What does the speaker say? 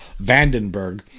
Vandenberg